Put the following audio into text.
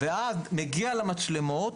מגיע למצלמות,